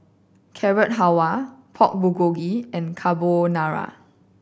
Carrot Halwa Pork Bulgogi and Carbonara